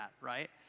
right